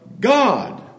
God